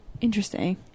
Interesting